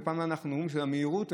ופעם אנחנו אומרים שזו המהירות,